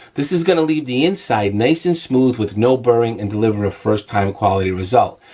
this is gonna leave the inside nice and smooth with no burring and deliver a first-time quality result.